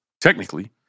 Technically